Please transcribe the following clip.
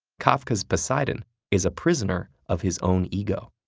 kafka's poseidon is a prisoner of his own ego.